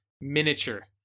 miniature